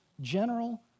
general